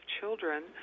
children